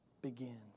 begins